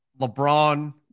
LeBron